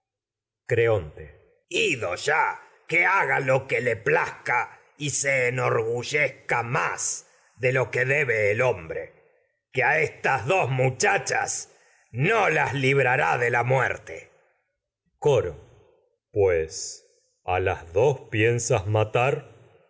grave creonte ido ya que haga lo que le plazca que a y se enorgullezca más de lo dos que debe el hombre de la muerte estas muchachas no las librará coro pues a las do piensas matar